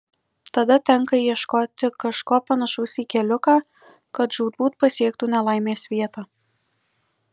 tada tenka ieškoti kažko panašaus į keliuką kad žūtbūt pasiektų nelaimės vietą